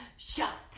shot.